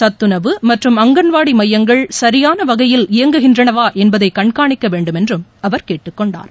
சத்துனவு மற்றும் அங்கன்வாடி மையங்கள் சரியான வகையில் இயங்குகின்றனவா என்பதை கண்காணிக்க வேண்டும் என்றும் அவர் கூறினார்